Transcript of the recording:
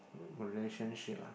re~ relationship ah